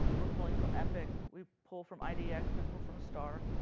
we're pulling from epic. we pull from idx. we pull from star.